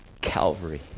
Calvary